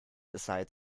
aside